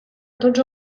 tots